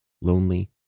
lonely